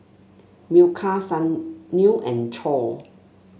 Milkha Sunil and Choor